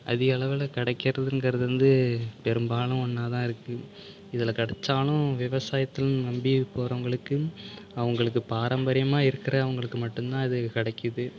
அதிக அளவில் கிடைக்கிறதுங்கிறது வந்து பெரும்பாலும் ஒன்றா தான் இருக்குது இதில் கிடைத்தாலும் விவசாயத்தில்ன்னு நம்பி போகிறவங்களுக்கு அவர்களுக்கு பாரம்பரியமாக இருக்கிறவங்களுக்கு மட்டும் தான் இது கிடைக்குது